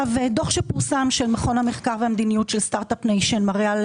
דוח של מכון המחקר והמדיניות של סטרט-אפ ניישן מראה על